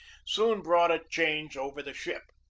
soon brought a change over the ship.